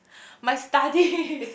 my studies